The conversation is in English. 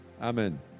Amen